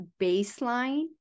baseline